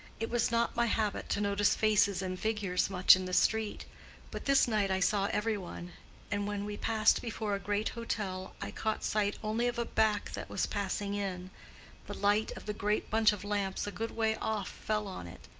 it was not my habit to notice faces and figures much in the street but this night i saw every one and when we passed before a great hotel i caught sight only of a back that was passing in the light of the great bunch of lamps a good way off fell on it.